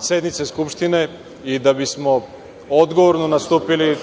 sednice Skupštine i da bismo odgovorno nastupili